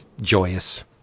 joyous